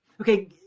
okay